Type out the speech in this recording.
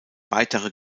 weitere